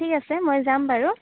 ঠিক আছে মই যাম বাৰু